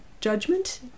judgment